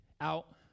out